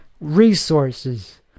resources